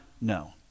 no